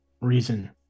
reason